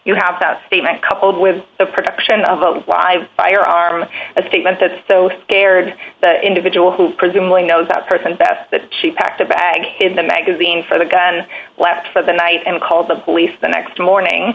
you have that statement coupled with the production of a live firearm a statement that so scared that individual who presumably knows that person best that she packed a bag in the magazine for the gun left for the night and called the police the next morning